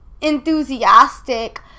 enthusiastic